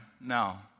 now